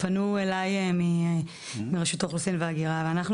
פנו אליי מרשות האוכלוסין וההגירה ואנחנו